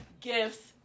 Gifts